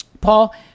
Paul